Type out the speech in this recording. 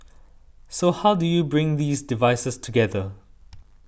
so how do you bring these devices together